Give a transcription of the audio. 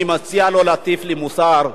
אני מציע לא להטיף לי מוסר.